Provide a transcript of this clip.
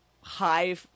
high